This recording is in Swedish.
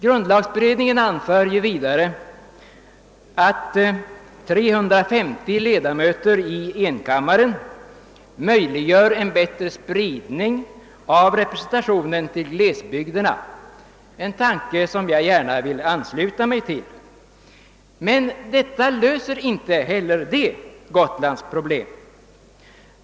Grundlagberedningen anför vidare att ett antal av 350 ledamöter i enkammaren möjliggör en bättre spridning av representationen till glesbygderna, en tanke som jag gärna vill ansluta mig till. Men inte heller det löser Gotlands problem.